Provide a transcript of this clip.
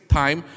time